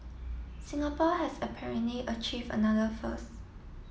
Singapore has apparently achieve another first